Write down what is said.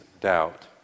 doubt